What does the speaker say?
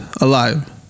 alive